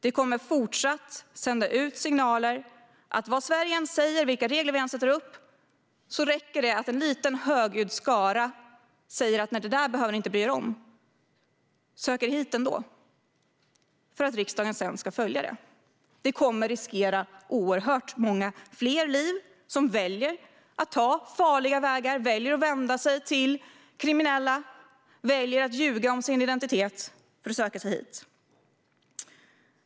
Det kommer fortsatt sända ut signaler om att vad Sverige än säger och vilka regler vi än sätter upp räcker det att en liten högljudd skara säger: Nej, det där behöver ni inte bry er om. Sök er hit ändå! Det räcker för att riksdagen sedan ska följa det. Det kommer att riskera oerhört många fler liv. Människor väljer att ta farliga vägar, väljer att vända sig till kriminella och väljer att ljuga om sin identitet för att söka sig hit.